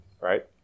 right